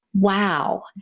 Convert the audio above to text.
Wow